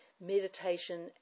meditation